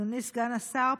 אדוני סגן השר,